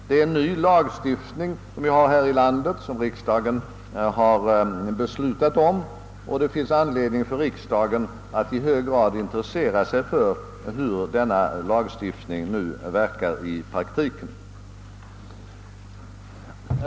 Vi har här i landet en ny lagstiftning som riksdagen har beslutat, och det finns all anledning för riksdagen att i hög grad intressera sig för hur denna lagstiftning verkar i praktiken.